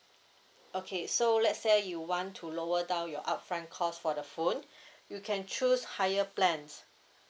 okay so let's say you want to lower down your upfront cost for the phone you can choose higher plan